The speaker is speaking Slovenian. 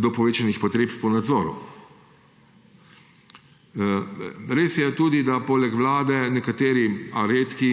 do povečanih potreb po nadzoru. Res je tudi, da poleg Vlade nekateri, a redki